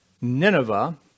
Nineveh